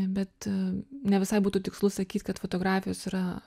bet ne visai būtų tikslu sakyt kad fotografijos yra